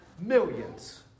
Millions